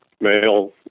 male